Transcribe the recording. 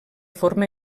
forma